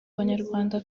abanyarwanda